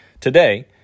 today